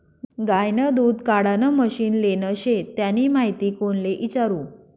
गायनं दूध काढानं मशीन लेनं शे त्यानी माहिती कोणले इचारु?